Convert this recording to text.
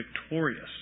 victorious